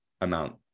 amount